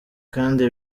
kandi